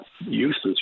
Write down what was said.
useless